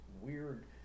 weird